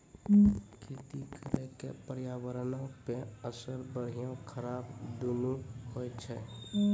खेती करे के पर्यावरणो पे असर बढ़िया खराब दुनू होय छै